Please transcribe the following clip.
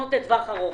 פתרונות לטווח ארוך.